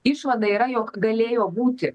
išvada yra jog galėjo būti